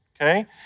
okay